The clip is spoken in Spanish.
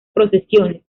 procesiones